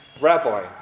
Rabbi